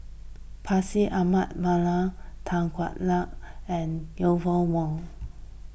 Bashir Ahmad Mallal Tan Hwa Luck and Eleanor Wong